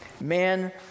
Man